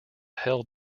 held